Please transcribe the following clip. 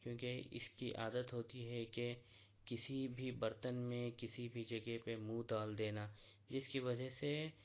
کیونکہ اس کی عادت ہوتی ہے کہ کسی بھی برتن میں کسی بھی جگہ پہ منہ ڈال دینا جس کی وجہ سے